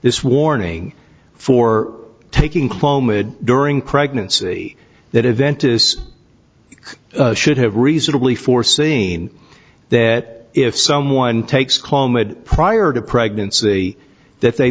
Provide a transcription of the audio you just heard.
this warning for taking clomid during pregnancy that event is should have reasonably foreseen that if someone takes clomid prior to pregnancy that they